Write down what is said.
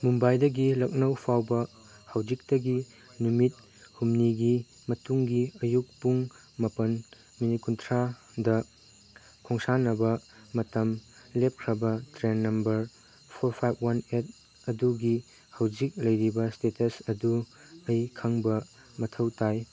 ꯃꯨꯝꯕꯥꯏꯗꯒꯤ ꯂꯛꯈꯅꯧ ꯐꯥꯎꯕ ꯍꯧꯖꯤꯛꯇꯒꯤ ꯅꯨꯃꯤꯠ ꯍꯨꯝꯅꯤꯒꯤ ꯃꯇꯨꯡꯒꯤ ꯑꯌꯨꯛ ꯄꯨꯡ ꯃꯥꯄꯜ ꯃꯤꯅꯤꯠ ꯀꯨꯟꯊ꯭ꯔꯥꯗ ꯈꯣꯡꯁꯥꯟꯅꯕ ꯃꯇꯝ ꯂꯦꯞꯈ꯭ꯔꯕ train number four five one eight ꯑꯗꯨꯒꯤ ꯍꯧꯖꯤꯛ ꯂꯩꯔꯤꯕ ꯏꯁꯇꯦꯇꯁ ꯑꯗꯨ ꯑꯩ ꯈꯪꯕ ꯃꯊꯧ ꯇꯥꯏ